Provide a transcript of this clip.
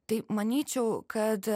tai manyčiau kad